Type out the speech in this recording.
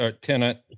tenant